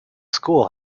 school